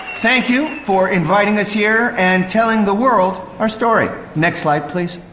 thank you for inviting us here and telling the world our story. next slide please.